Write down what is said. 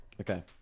Okay